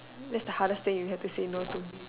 that's the hardest thing you have to say no to